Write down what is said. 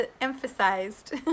Emphasized